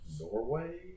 Norway